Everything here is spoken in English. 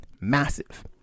massive